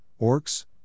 orcs